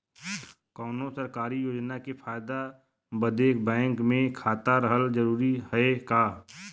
कौनो सरकारी योजना के फायदा बदे बैंक मे खाता रहल जरूरी हवे का?